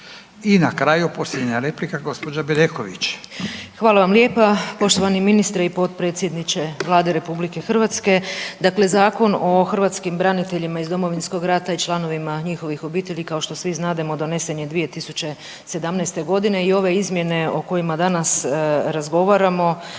I na kraju posljednja replika, gđa. Bedeković.